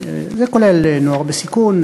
זה כולל נוער בסיכון,